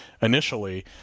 initially